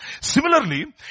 Similarly